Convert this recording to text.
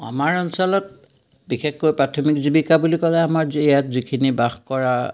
আমাৰ অঞ্চলত বিশেষকৈ প্ৰাথমিক জীৱিকা বুলি ক'লে আমাৰ যি ইয়াত যিখিনি বাস কৰা